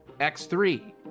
X3